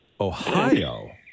Ohio